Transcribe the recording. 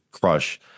crush